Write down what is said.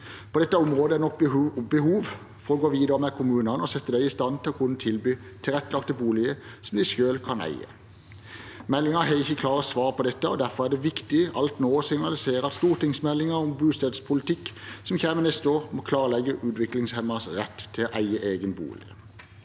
På dette området er det nok behov for å gå videre med kommunene og sette dem i stand til å kunne tilby tilrettelagte boliger som de utviklingshemmede selv kan eie. Meldingen har ikke klare svar på dette, og derfor er det viktig alt nå å signalisere at stortingsmeldingen om boligpolitikk som kommer neste år, må klarlegge utviklingshemmedes rett til å eie egen bolig.